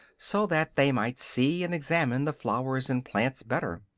so that they might see and examine the flowers and plants better.